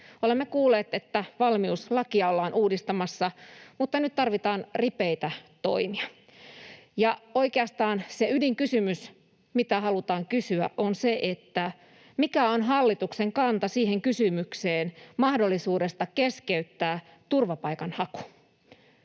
Olemme kuulleet, että valmiuslakia ollaan uudistamassa, mutta nyt tarvitaan ripeitä toimia. Oikeastaan se ydinkysymys, mitä halutaan kysyä, on se, että mikä on hallituksen kanta kysymykseen mahdollisuudesta keskeyttää turvapaikanhaku.